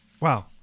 Wow